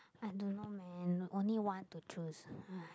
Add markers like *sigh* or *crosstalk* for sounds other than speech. I don't know man only one to choose *noise*